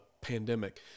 pandemic